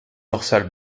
dorsale